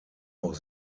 auch